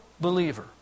believer